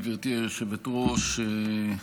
גברתי היושבת-ראש,